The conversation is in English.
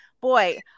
boy